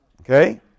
Okay